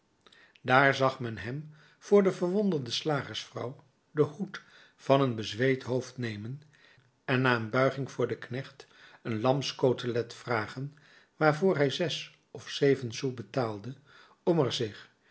daar zag men hem voor de verwonderde slagersvrouw den hoed van het bezweet hoofd nemen en na een buiging voor den knecht een lamscotelet vragen waarvoor hij zes of zeven sous betaalde om er zich